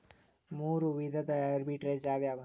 ಮೂರು ವಿಧದ ಆರ್ಬಿಟ್ರೆಜ್ ಯಾವವ್ಯಾವು?